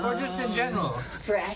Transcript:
so just in general.